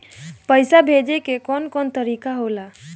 पइसा भेजे के कौन कोन तरीका होला?